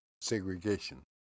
segregation